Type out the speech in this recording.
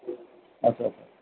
আচ্ছা আচ্ছা